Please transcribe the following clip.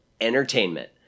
entertainment